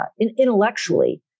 intellectually